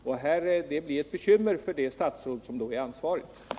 Det kommer att bli ett bekymmer för det statsråd som den dagen har ansvaret för dessa frågor.